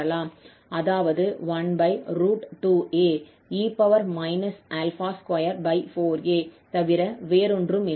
அதாவது 12ae ∝24a தவிர வேறொன்றுமில்லை